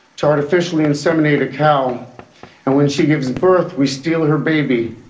to artificially inseminated a cow and when she gives birth, we steal her baby,